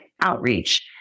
outreach